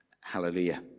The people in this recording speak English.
hallelujah